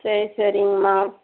சேரி சரிங்கம்மா